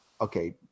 okay